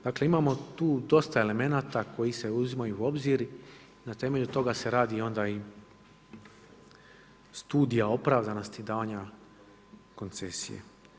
Dakle imamo tu dosta elemenata koji se uzimaju u obzir, na temelju toga se radi i onda studija opravdanosti davanja koncesije.